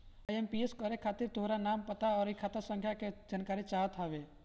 IMPS करे खातिर खाता पे तोहार पूरा नाम, पता, अउरी खाता संख्या के जानकारी चाहत हवे